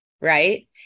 right